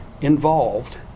involved